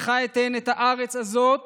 לך אתן את הארץ הזאת